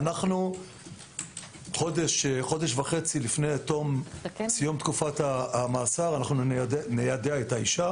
חודש וחצי לפני תום תקופת המאסר ניידע את האישה